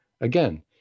Again